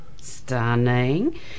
Stunning